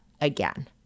again